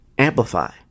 Amplify